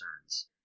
concerns